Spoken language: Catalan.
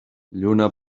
lluna